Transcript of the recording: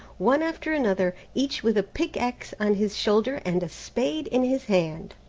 one after another, each with a pickaxe on his shoulder and a spade in his hand.